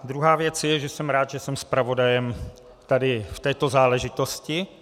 Druhá věc je, že jsem rád, že jsem zpravodajem v této záležitosti.